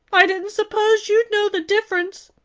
i didn't s'pose you'd know the difference.